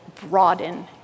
broaden